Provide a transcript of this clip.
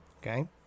Okay